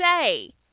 say